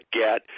get